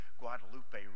Guadalupe